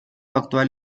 actual